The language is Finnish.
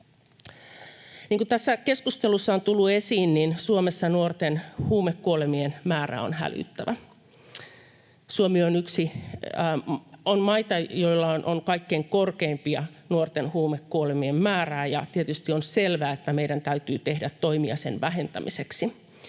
kuin tässä keskustelussa on tullut esiin, Suomessa nuorten huumekuolemien määrä on hälyttävä. Suomi on yksi maita, joissa nuorten huumekuolemien määrä on kaikkein korkeimpia, ja tietysti on selvää, että meidän täytyy tehdä toimia niiden vähentämiseksi.